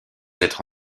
être